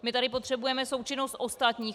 My tady potřebujeme součinnost ostatních.